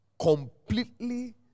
completely